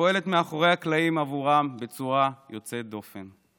ופועלת מאחורי הקלעים עבורם בצורה יוצאת דופן.